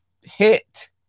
hit